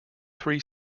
three